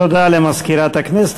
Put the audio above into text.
תודה למזכירת הכנסת.